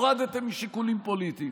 והורדתם משיקולים פוליטיים.